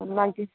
मागीर